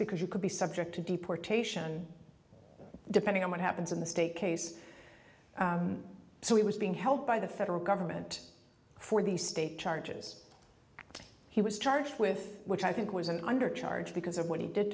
because you could be subject to deportation depending on what happens in the state case so he was being held by the federal government for the state charges he was charged with which i think was an under because of what he did